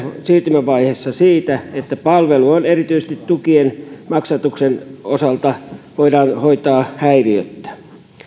siirtymävaiheessa siitä että palvelu erityisesti tukien maksatuksen osalta voidaan hoitaa häiriöttä